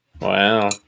Wow